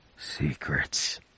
Secrets